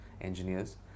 engineers